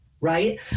right